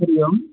हरिः ओम्